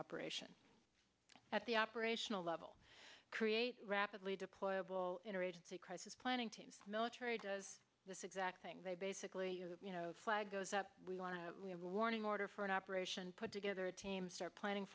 operation at the operational level create rapidly deployable interagency crisis planning teams military does this exact thing they basically the flag goes up we want to have a warning order for an operation put together a team start planning